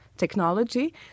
Technology